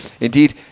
indeed